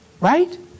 right